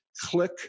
click